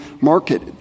market